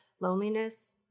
loneliness